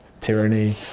tyranny